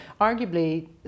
arguably